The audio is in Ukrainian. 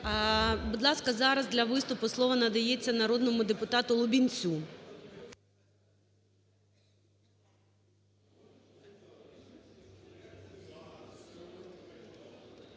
Будь ласка, зараз для виступу слово надається народному депутату Лубінцю.